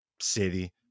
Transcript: City